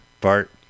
Bart